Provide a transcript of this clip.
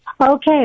Okay